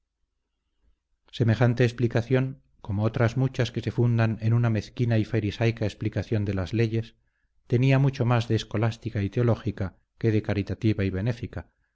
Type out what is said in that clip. semejante explicación como otras muchas que se fundan en una mezquina y farisaica explicación de las leyes tenía mucho más de escolástica y teológica que de caritativa y benéfica